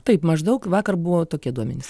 taip maždaug vakar buvo tokie duomenys